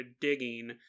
digging